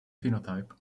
phenotype